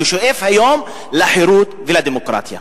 ששואף היום לחירות ולדמוקרטיה.